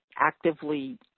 actively